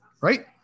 Right